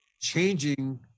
changing